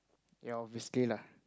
ya obviously lah